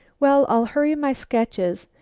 well, i'll hurry my sketches,